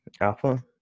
Alpha